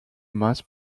mass